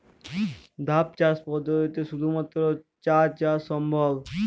ধাপ চাষ পদ্ধতিতে শুধুমাত্র চা চাষ সম্ভব?